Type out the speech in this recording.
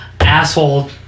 asshole